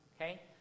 okay